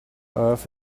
earth